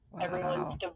Everyone's